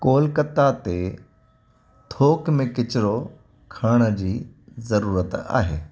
कोलकता ते थोक में किचरो खणण जी ज़रूरत आहे